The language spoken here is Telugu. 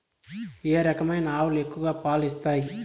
ఏ రకమైన ఆవులు ఎక్కువగా పాలు ఇస్తాయి?